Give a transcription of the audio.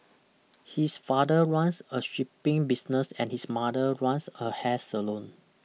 his father runs a shipping business and his mother runs a hair salon